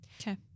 Okay